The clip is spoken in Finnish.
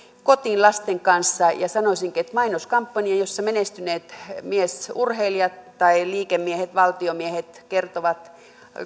kotiin lasten kanssa ja sanoisinkin että mainoskampanja jossa menestyneet miesurheilijat tai liikemiehet ja valtiomiehet kertovat